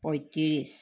পঁয়ত্ৰিছ